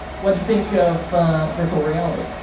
what do you think of virtual reality?